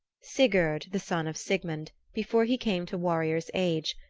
sigurd, the son of sigmund, before he came to warrior's age,